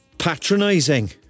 patronising